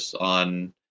on